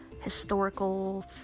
historical